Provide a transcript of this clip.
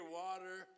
water